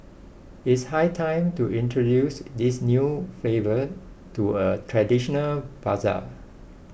it is high time to introduce these new favor to a traditional bazaar